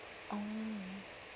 oh